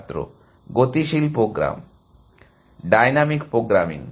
ছাত্র গতিশীল program dynamic programming